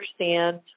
understand